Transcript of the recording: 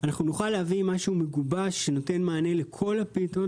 נוכל להביא משהו מגובש שנותן מענה לכל הדברים,